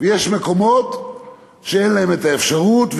ויש מקומות שאין להם האפשרות,